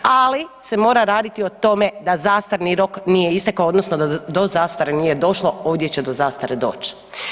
Ali se mora raditi o tome da zastarni rok nije istekao odnosno da do zastare nije došlo, ovdje će do zastare doć.